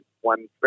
one